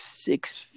Six